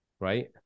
right